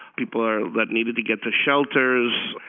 people that needed to get to shelters.